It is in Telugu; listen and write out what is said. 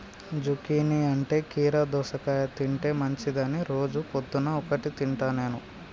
జుకీనీ అంటే కీరా దోసకాయ తింటే మంచిదని రోజు పొద్దున్న ఒక్కటి తింటా నేను